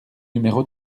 numéro